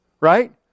Right